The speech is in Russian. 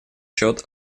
счет